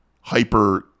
hyper